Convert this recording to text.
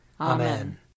Amen